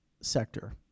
sector